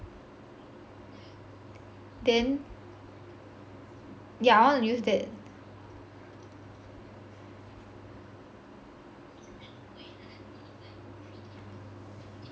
then yeah I wanna use that